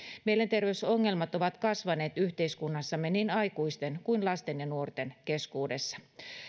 mielenterveysongelmat ovat kasvaneet yhteiskunnassamme niin aikuisten kuin lasten ja nuorten keskuudessa